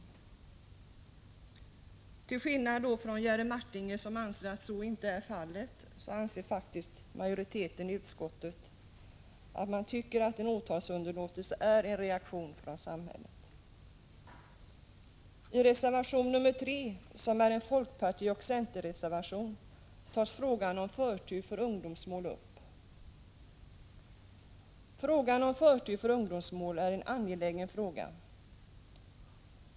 Till skillnad från Jerry Martinger, som tycker att det inte förhåller sig på detta sätt, anser faktiskt majoriteten i utskottet att en åtalsunderlåtelse är en reaktion från samhället. I reservation nr 3, som är en folkpartioch centerreservation, tas frågan om förtur för ungdomsmål upp. Frågan om förtur för ungdomsmål är en angelägen fråga.